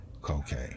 cocaine